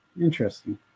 Interesting